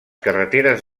carreteres